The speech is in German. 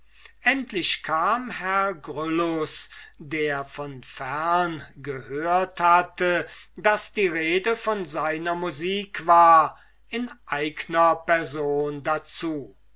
endlich kam herr gryllus der von ferne gehört hatte daß die rede von seiner musik war in eigner person dazu